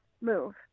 move